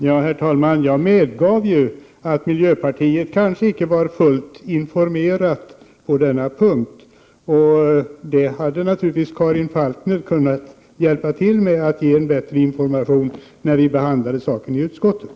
Herr talman! Jag medgav att miljöpartiet kanske icke var fullt informerat på denna punkt. Karin Falkmer hade naturligtvis kunnat hjälpa till med att ge en bättre information när ärendet behandlades i utskottet.